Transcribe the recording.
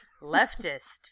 leftist